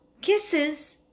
kisses